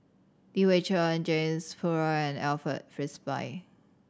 Li Hui Cheng James Puthucheary and Alfred Frisby